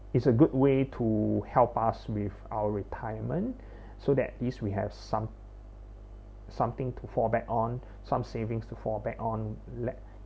is a good way to help us with our retirement so at least we have some~ something to fall back on some savings to fall back on le~